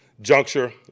juncture